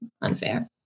unfair